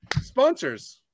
sponsors